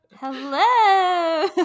Hello